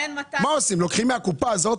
לוקחים מהקופה הזאת?